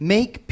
Make